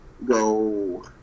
Go